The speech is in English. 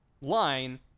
line